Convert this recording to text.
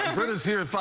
ah britta is here